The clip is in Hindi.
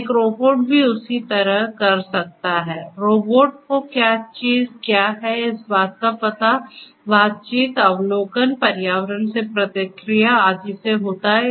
एक रोबोट भी उसी तरह कर सकता है रोबोट को क्या चीज क्या है इस बात का पता बातचीत अवलोकन पर्यावरण से प्रतिक्रिया आदि से होता है